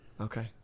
Okay